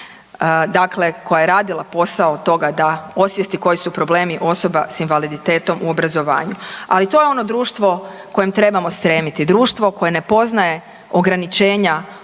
dakle koja je radila posao toga da osvijesti koji su problemi osoba s invaliditetom u obrazovanju. Ali to je ono društvo kojem trebamo stremiti, društvo koje ne poznaje ograničenja